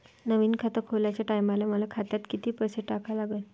नवीन खात खोलाच्या टायमाले मले खात्यात कितीक पैसे टाका लागन?